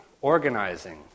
organizing